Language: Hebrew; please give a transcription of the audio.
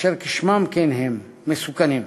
אשר כשמם כן הם, מסוכנים.